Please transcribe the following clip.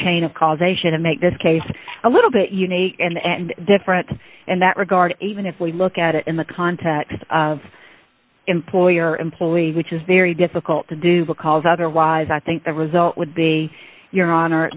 chain of causation and make this case a little bit unique and different in that regard even if we look at it in the context of employer employee which is very difficult to do because otherwise i think the result would be your honor